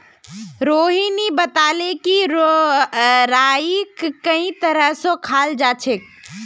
रोहिणी बताले कि राईक कई तरह स खाल जाछेक